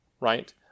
right